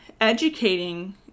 educating